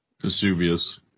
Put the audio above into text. Vesuvius